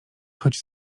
choć